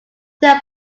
then